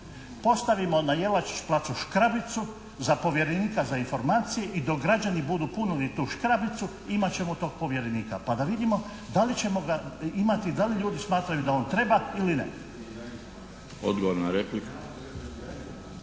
Postavimo na Jelačić placu škrabicu za povjerenika za informacije i dok građani budu punili tu škrabicu imat ćemo tog povjerenika pa da vidimo da li ćemo ga imati, da li ljudi smatraju da on treba ili ne. **Milinović,